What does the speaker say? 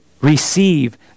receive